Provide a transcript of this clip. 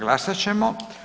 Glasat ćemo.